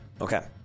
Okay